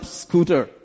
scooter